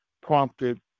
prompted